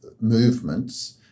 movements